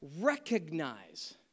recognize